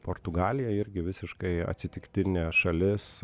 portugalija irgi visiškai atsitiktinė šalis